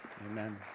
Amen